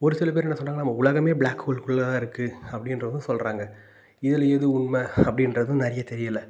ஒரு சில பேர் என்ன சொல்கிறாங்கனா நம்ம உலகமே ப்ளாக் ஹோலுக்கு உள்ளே தான் இருக்குது அப்படின்றதும் சொல்கிறாங்க இதில் எது உண்மை அப்படின்றதும் நிறைய தெரியல